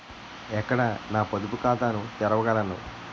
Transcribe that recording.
ఎక్కడ నా పొదుపు ఖాతాను తెరవగలను?